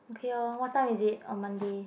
okay lor what time is it on Monday